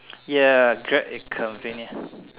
ya Grab is convenient